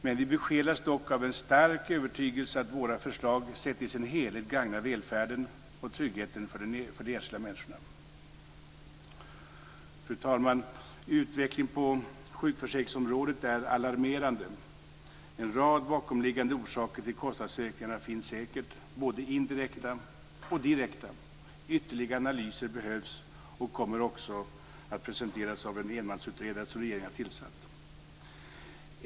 Men vi besjälas dock av en stark övertygelse att våra förslag sett i sin helhet gagnar välfärden och tryggheten för de enskilda människorna. Fru talman! Utvecklingen på sjukförsäkringsområdet är alarmerande. En rad bakomliggande orsaker till kostnadsökningarna finns säkert, både indirekta och direkta. Ytterligare analyser behövs och kommer också att presenteras av en enmansutredare som regeringen har tillsatt.